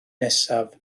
nesaf